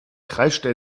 kreischte